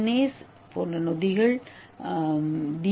டினேஸ் போன்ற நொதிகள் முடியும்